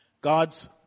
God's